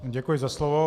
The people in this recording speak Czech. Děkuji za slovo.